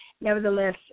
nevertheless